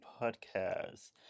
podcast